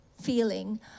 feeling